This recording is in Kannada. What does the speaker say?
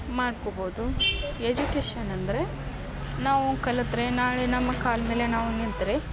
ಮಾಡ್ಕೊಬೋದು ಎಜುಕೇಷನ್ ಅಂದರೆ ನಾವು ಕಲಿತ್ರೆ ನಾಳೆ ನಮ್ಮ ಕಾಲ ಮೇಲೆ ನಾವು ನಿಂತರೆ